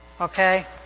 Okay